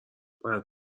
باید